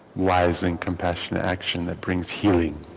why is in compassion action that brings healing